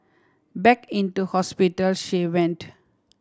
back into hospital she went